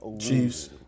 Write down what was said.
Chiefs